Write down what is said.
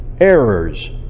errors